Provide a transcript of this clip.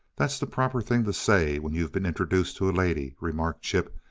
that's the proper thing to say when you've been introduced to a lady, remarked chip,